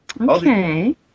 Okay